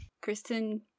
Kristen